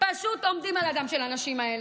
פשוט עומדים על הדם של הנשים האלה,